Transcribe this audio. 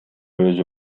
өзү